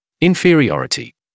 inferiority